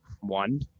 one